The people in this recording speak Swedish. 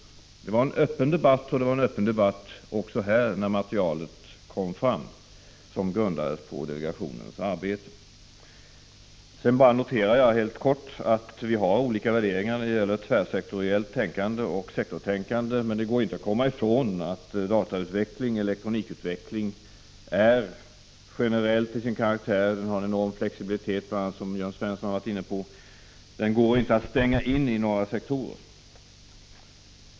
Det var en öppen debatt där, och det var en öppen debatt också här, när det material framlades som grundades på delegationens arbete. Sedan noterar jag helt kort att vi har olika värderingar när det gäller tvärsektoriellt tänkande och sektortänkande. Det går inte att komma ifrån att datautveckling — elektronikutveckling — är generell till sin karaktär. Den har en enorm flexibiliet, som Jörn Svensson var inne på. Den går inte att stänga in i några sektorer.